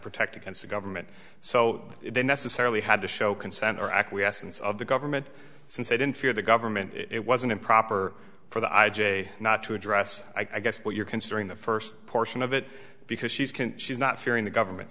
protect against the government so they necessarily had to show consent or acquiescence of the government since they don't fear the government it was an improper for the i j a not to address i guess what you're considering the first portion of it because she's can she's not fearing the government